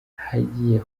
hagiye